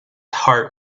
heart